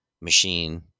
machine